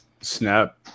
Snap